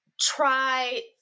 try